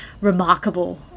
remarkable